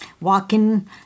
walking